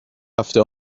هفته